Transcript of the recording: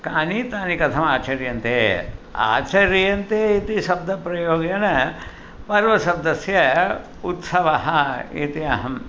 कानि तानि कथमाचर्यन्ते आचर्यन्ते इति शब्दप्रयोगेन पर्वशब्दस्य उत्सवः इति अहम्